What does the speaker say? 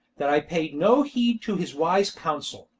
that i paid no heed to his wise counsel,